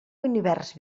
univers